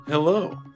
Hello